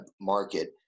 market